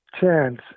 chance